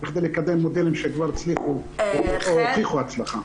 בכדי לקדם מודלים שכבר הוכיחו הצלחה.